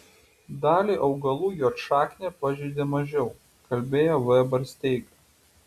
dalį augalų juodšaknė pažeidė mažiau kalbėjo v barsteiga